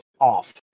off